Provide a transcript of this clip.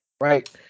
right